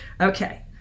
Okay